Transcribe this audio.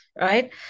right